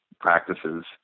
practices